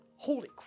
Holy